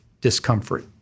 discomfort